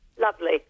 Lovely